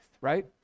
right